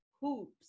hoops